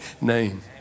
name